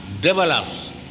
develops